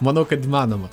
manau kad įmanoma